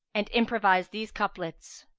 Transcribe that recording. and improvised these couplets,